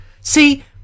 See